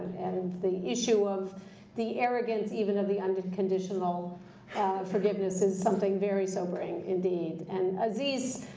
and the issue of the arrogance, even of the and unconditional forgiveness, is something very sobering, indeed. and, aziz,